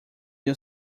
new